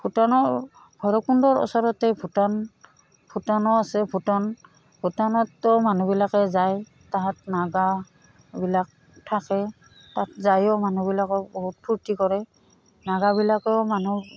ভূটানৰ ভৰকুণ্ডৰ ওচৰতে ভূটান ভূটানো আছে ভূটান ভূটানতো মানুহবিলাকে যায় তাহাঁত নাগাবিলাক থাকে তাত যায়ো মানুহবিলাকৰ বহুত ফূৰ্তি কৰে নাগাবিলাকেও মানুহ